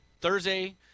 Thursday